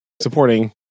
supporting